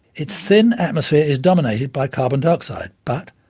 its thin atmosphere is dominated by carbon dioxide but,